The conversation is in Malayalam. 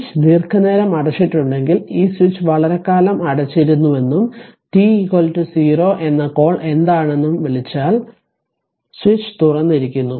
സ്വിച്ച് ദീർഘനേരം അടച്ചിട്ടുണ്ടെങ്കിൽ ഈ സ്വിച്ച് വളരെക്കാലം അടച്ചിരുന്നുവെന്നും t 0 എന്ന കോൾ എന്താണെന്നും വിളിച്ചാൽ സ്വിച്ച് തുറന്നിരിക്കുന്നു